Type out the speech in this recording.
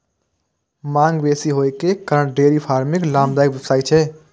मांग बेसी होइ के कारण डेयरी फार्मिंग लाभदायक व्यवसाय छियै